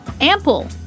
ample